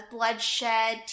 Bloodshed